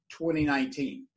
2019